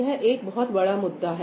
यह एक बहुत बड़ा मुद्दा है